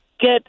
get